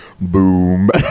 Boom